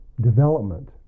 development